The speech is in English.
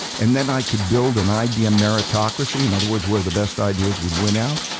and then i could build an idea meritocracy, in other words, where the best ideas would win out.